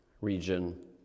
region